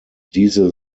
diese